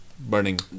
burning